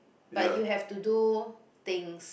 but you have to do things